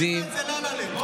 חייב לענות לו.